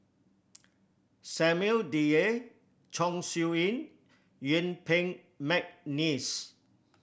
Samuel Dyer Chong Siew Ying Yuen Peng McNeice